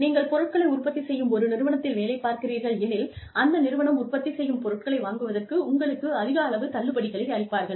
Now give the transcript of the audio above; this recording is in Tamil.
நீங்கள் பொருட்களை உற்பத்தி செய்யும் ஒரு நிறுவனத்தில் வேலை பார்க்கிறீர்கள் எனில் அந்த நிறுவனம் உற்பத்தி செய்யும் பொருட்களை வாங்குவதற்கு உங்களுக்கு அதிக அளவு தள்ளுபடிகளை அளிப்பார்கள்